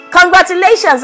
Congratulations